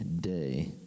day